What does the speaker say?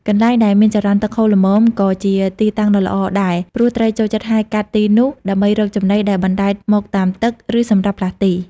កន្លែងដែលមានចរន្តទឹកហូរល្មមក៏ជាទីតាំងដ៏ល្អដែរ ព្រោះត្រីចូលចិត្តហែលកាត់ទីនោះដើម្បីរកចំណីដែលបណ្តែតមកតាមទឹក ឬសម្រាប់ផ្លាស់ទី។